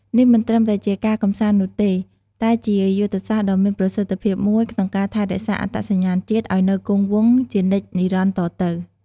នេះមិនត្រឹមតែជាការកម្សាន្តនោះទេ តែជាយុទ្ធសាស្ត្រដ៏មានប្រសិទ្ធភាពមួយក្នុងការថែរក្សាអត្តសញ្ញាណជាតិឲ្យនៅគង់វង្សជានិច្ចនិរន្តរ៍តទៅ។